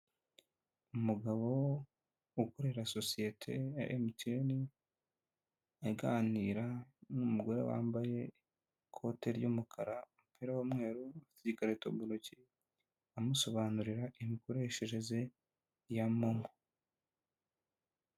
Umugabo ukorera sosiyete ya MTN, aganira n'umugore wambaye ikote ry'umuka n'umweru, ufite ikarito mu ntoki amusobanurira imikoreshereze ya momo.